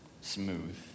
smooth